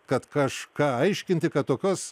kad kažką aiškinti kad tokios